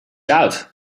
out